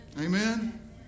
Amen